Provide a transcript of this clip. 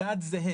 הסעד זהה.